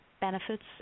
benefits